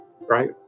Right